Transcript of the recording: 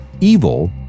Evil